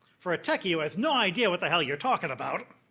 for a techie who has no idea what the hell you're talking about,